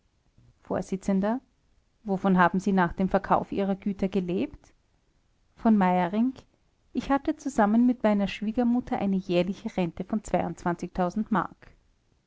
vors wovon haben sie nach dem verkauf ihrer güter gelebt v meyerinck ich hatte zusammen mit meiner schwiegermutter eine jährliche rente von mark